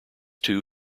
two